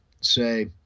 say